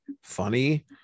funny